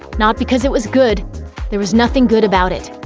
not because it was good there was nothing good about it,